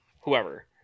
whoever